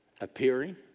appearing